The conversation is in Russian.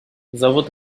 зовут